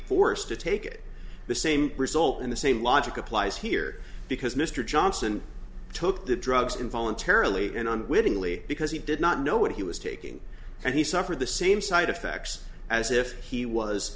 forced to take it the same result and the same logic applies here because mr johnson took the drugs in voluntarily and on willingly because he did not know what he was taking and he suffered the same side effects as if he was